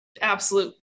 absolute